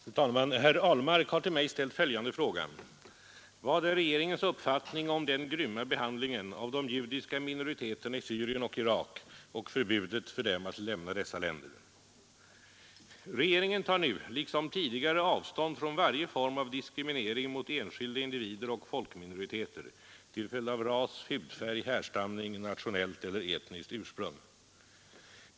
Fru talman! Herr Ahlmark har till mig ställt följande fråga: ”Vad är regeringens uppfattning om den grymma behandlingen av de judiska minoriteterna i Syrien och Irak och förbudet för dem att lämna dessa länder?” Regeringen tar nu liksom tidigare avstånd från varje form av diskriminering mot enskilda individer och folkminoriteter till följd av ras, hudfärg, härstamning, nationellt eller etniskt ursprung.